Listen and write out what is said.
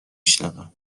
شنوم